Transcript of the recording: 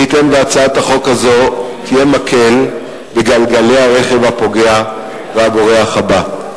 מי ייתן והצעת החוק הזו תהיה מקל בגלגלי הרכב הפוגע והבורח הבא.